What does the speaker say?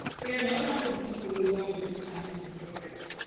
we are no longer the people we were when we started this program,